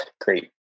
great